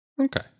Okay